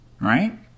right